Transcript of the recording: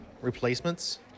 replacements